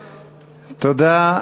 תודה.